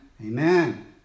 Amen